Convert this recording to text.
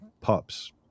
pups